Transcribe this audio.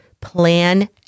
plan